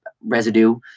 residue